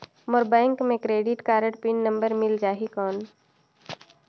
मोर bank मे credit card pin number मिल जाहि कौन?